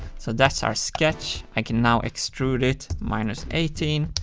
so that's our sketch i can now extrude it minus eighteen.